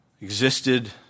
existed